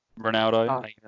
Ronaldo